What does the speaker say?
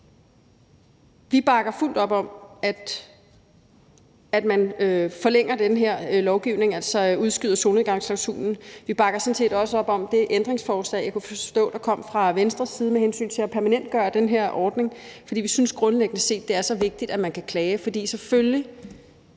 Vi bakker fuldt op om, at man forlænger den her lovgivning, altså udskyder solnedgangsklausulen. Vi bakker sådan set også op om det ændringsforslag, jeg kunne forstå kommer fra Venstres side, om at permanentgøre den her ordning, for vi synes grundlæggende set, det er så vigtigt, at man kan klage. Selvfølgelig